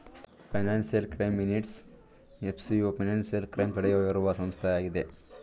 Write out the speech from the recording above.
financial crime minutes FCU financial crime ತಡೆಯುವ ಇರುವ ಸಂಸ್ಥೆಯಾಗಿದೆ